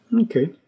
Okay